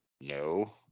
No